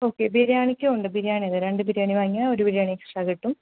okay ബിരിയാണിക്കും ഉണ്ട് ബിരിയാണി അതെ രണ്ട് ബിരിയാണി വാങ്ങിയാൽ ഒരു ബിരിയാണി എക്സ്ട്രാ കിട്ടും